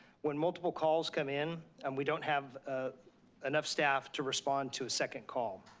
when multiple calls come in, and we don't have ah enough staff to respond to a second call.